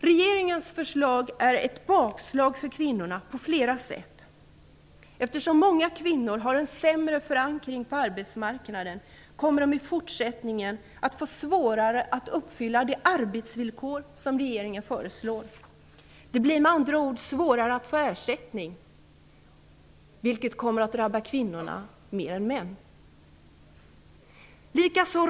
Regeringens förslag är ett bakslag för kvinnorna på flera sätt. Eftersom många kvinnor har en sämre förankring på arbetsmarknaden kommer de i fortsättningen att få svårare att uppfylla de arbetsvillkor som regeringen föreslår. Det blir med andra ord svårare att få ersättning, vilket kommer att drabba kvinnor mer än män.